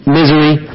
misery